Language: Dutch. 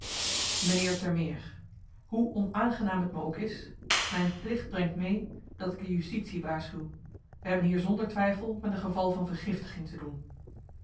meneer termeer hoe onaangenaam t me ook is mijn plicht brengt mee dat ik de justitie waarschuw we hebben hier zonder twijfel met een geval van vergiftiging te doen